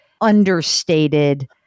understated